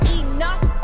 enough